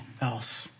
else